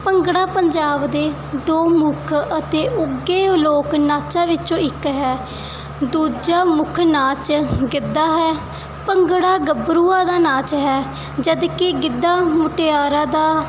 ਭੰਗੜਾ ਪੰਜਾਬ ਦੇ ਦੋ ਮੁੱਖ ਅਤੇ ਉੱਘੇ ਲੋਕ ਨਾਚਾਂ ਵਿੱਚੋਂ ਇੱਕ ਹੈ ਦੂਜਾ ਮੁੱਖ ਨਾਚ ਗਿੱਧਾ ਹੈ ਭੰਗੜਾ ਗੱਭਰੂਆਂ ਦਾ ਨਾਚ ਹੈ ਜਦ ਕਿ ਗਿੱਧਾ ਮੁਟਿਆਰਾਂ ਦਾ